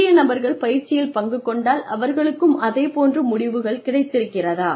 புதிய நபர்கள் பயிற்சியில் பங்கு கொண்டால் அவர்களுக்கும் அதே போன்ற முடிவுகள் கிடைத்திருக்கிறதா